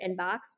inbox